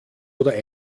oder